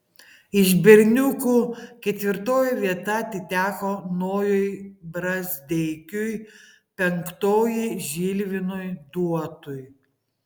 iš berniukų ketvirtoji vieta atiteko nojui brazdeikiui penktoji žilvinui duotui